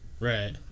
Right